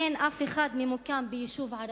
אין אף אחד הממוקם ביישוב ערבי?